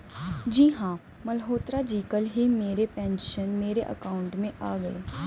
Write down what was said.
जी हां मल्होत्रा जी कल ही मेरे पेंशन मेरे अकाउंट में आ गए